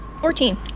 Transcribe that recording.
Fourteen